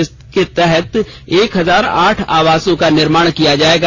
इस तहत एक हजार आठ अवासों का निर्माण किया जाएगा